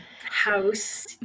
house